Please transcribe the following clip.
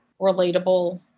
relatable